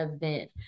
event